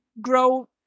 grow